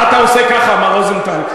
מה אתה עושה ככה, מר רוזנטל?